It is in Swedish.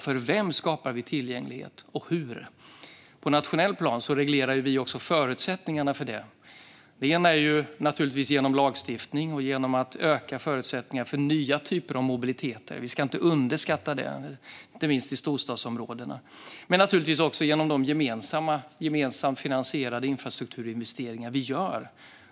För vem skapar vi tillgänglighet och hur? På ett nationellt plan reglerar vi också förutsättningarna för det, dels genom lagstiftning och genom att öka förutsättningarna för nya typer av mobiliteter - något som inte ska underskattas, framför allt i storstadsområdena - dels genom de gemensamt finansierade infrastrukturinvesteringar som vi gör.